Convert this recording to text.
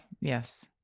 Yes